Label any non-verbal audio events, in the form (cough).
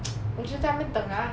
(noise) 我就在那边等 liao ah